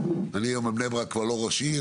אני כבר לא ראש עיר בבני ברק,